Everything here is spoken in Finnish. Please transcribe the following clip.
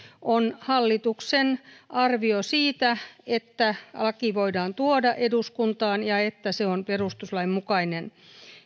on hallituksen arvio siitä että laki voidaan tuoda eduskuntaan ja että se on perustuslain mukainen